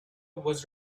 was